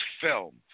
film